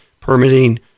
permitting